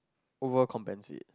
over compensate